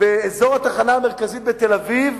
באזור התחנה המרכזית בתל-אביב